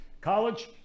College